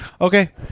okay